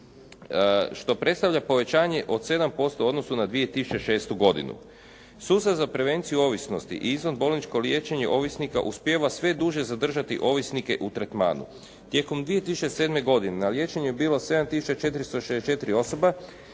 što predstavlja povećanje od 7% u odnosu na 2006. godinu. Sustav za prevenciju ovisnosti i izvanbolničko liječenje ovisnika uspijeva sve duže zadržati ovisnike u tretmanu. Tijekom 2007. godine na liječenju je bilo 7 tisuća